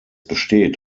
besteht